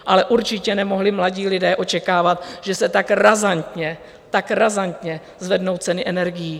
Ale určitě nemohli mladí lidé očekávat, že se tak razantně, tak razantně zvednou ceny energií.